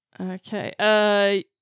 Okay